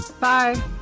Bye